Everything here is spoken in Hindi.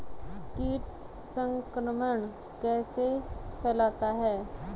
कीट संक्रमण कैसे फैलता है?